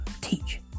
teach